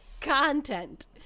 content